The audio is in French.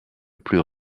plus